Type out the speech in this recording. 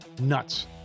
Nuts